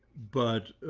but